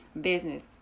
business